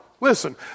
listen